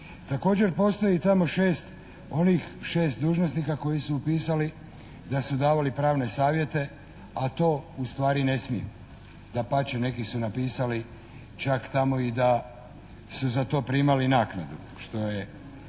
Također postoji tamo 6, onih 6 dužnosnika koji su upisali da su davali pravne savjete a to ustvari ne smiju. Dapače, neki su napisali čak tamo i da su za to primali naknadu što je